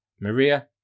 Maria